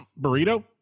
Burrito